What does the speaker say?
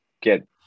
get